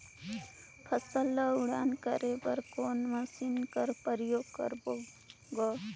फसल ल उड़ान करे बर कोन मशीन कर प्रयोग करबो ग?